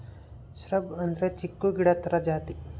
shrub ಅಂದ್ರೆ ಚಿಕ್ಕು ಗಿಡ ತರ ಜಾತಿ